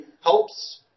helps